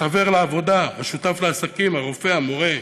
החבר לעבודה, השותף לעסקים, הרופא, המורה.